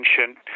ancient